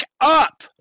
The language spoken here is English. up